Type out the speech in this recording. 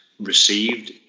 received